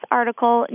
article